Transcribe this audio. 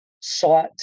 sought